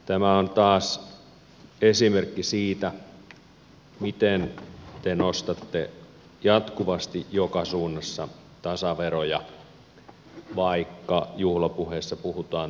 tämä on taas esimerkki siitä miten te nostatte jatkuvasti joka suunnassa tasaveroja vaikka juhlapuheissa puhutaan toisin